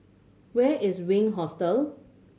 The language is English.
where is Wink Hostel